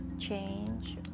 change